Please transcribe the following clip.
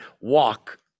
walk